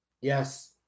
Yes